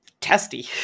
testy